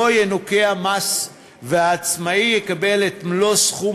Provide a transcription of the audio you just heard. לא ינוכה המס, והעצמאי יקבל את מלוא סכום